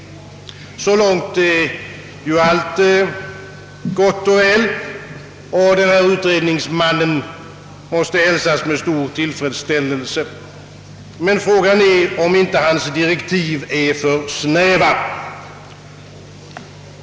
Så långt är ju allt gott och väl, och denne utredningsman måste hälsas med stor tillfredsställelse. Frågan är emellertid, om inte hans direktiv är för snäva.